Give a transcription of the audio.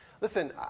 Listen